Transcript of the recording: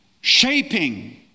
shaping